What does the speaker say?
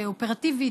אופרטיבית,